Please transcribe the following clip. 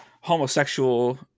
homosexual